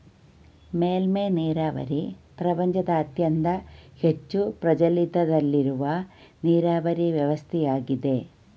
ಮೇಲ್ಮೆ ನೀರಾವರಿ ಪ್ರಪಂಚದಾದ್ಯಂತ ಹೆಚ್ಚು ಪ್ರಚಲಿತದಲ್ಲಿರುವ ನೀರಾವರಿ ವ್ಯವಸ್ಥೆಯಾಗಿದೆ